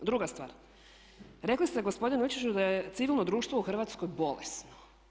Druga stvar, rekli ste gospodine Ilčiću da je civilno društvo u Hrvatskoj bolesno.